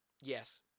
Yes